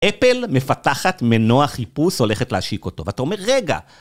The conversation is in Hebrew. אפל מפתחת מנוע חיפוש הולכת להשיק אותו, ואתה אומר, רגע,